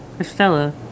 Estella